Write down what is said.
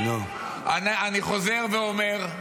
אני חוזר ואומר,